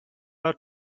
are